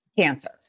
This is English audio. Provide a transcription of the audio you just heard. Cancer